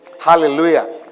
Hallelujah